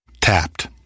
Tapped